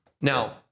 Now